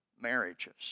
marriages